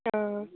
ஆ ஆ